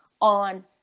on